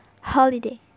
Holiday